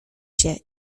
się